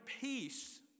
peace